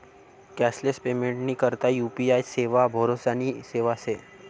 cashless पेमेंटनी करता UPI सेवा भरोसानी सेवा शे